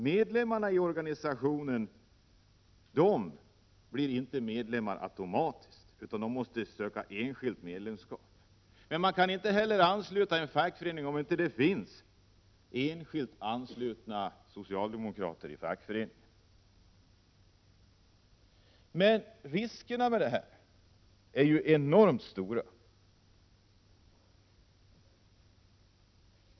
Medlemmarna i organisationen blir då inte automatiskt medlemmar i partiet. De måste söka enskilt medlemskap. Man kan inte heller ansluta en fackförening, om det inte finns enskilt anslutna socialdemokrater i fackföreningen. Men riskerna med detta är enormt stora.